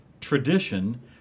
tradition